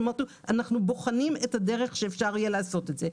אנחנו בוחנים את הדרך שאפשר יהיה לעשות את זה.